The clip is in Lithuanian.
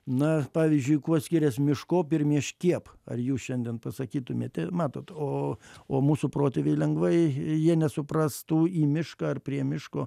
na pavyzdžiui kuo skirias miškop ir mieškiep ar jūs šiandien pasakytumėte matot o o mūsų protėviai lengvai jie nesuprastų į mišką ar prie miško